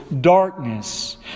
darkness